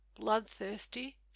bloodthirsty